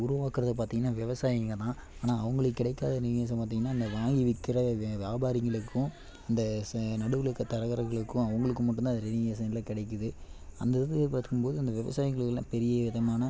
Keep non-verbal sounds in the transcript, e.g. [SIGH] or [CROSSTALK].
அது உருவாக்குறத பார்த்தீங்கன்னா விவசாயிங்க தான் ஆனால் அவங்களுக்கு கிடைக்காத [UNINTELLIGIBLE] பார்த்தீங்கன்னா இந்த வாங்கி விற்கிற வியாபாரிங்களுக்கும் இந்த நடுவில் இருக்க தரகர்களுக்கும் அவங்களுக்கு மட்டும் தான் இது [UNINTELLIGIBLE] ல கெடைக்குது அந்த இது பார்த்துக்கும்போது அந்த விவசாயிங்களுக்கெல்லாம் பெரிய விதமான